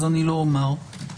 לא אומר.